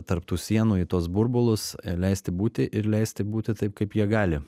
tarp tų sienų į tuos burbulus leisti būti ir leisti būti taip kaip jie gali